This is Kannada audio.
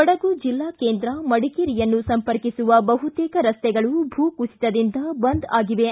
ಕೊಡಗು ಜಿಲ್ಲಾ ಕೇಂದ್ರ ಮಡಿಕೇರಿಯನ್ನು ಸಂಪರ್ಕಿಸುವ ಬಹುತೇಕ ರಸ್ತೆಗಳು ಭೂಕುಸಿತದಿಂದಾಗಿ ಬಂದ್ ಆಗಿವೆ